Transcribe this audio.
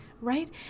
right